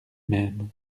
même